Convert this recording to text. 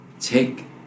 take